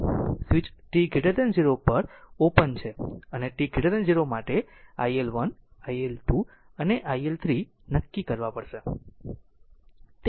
switch t 0 પર open છે અને t 0 માટે iL1 iL2અને i L3 નક્કી કરવા પડશે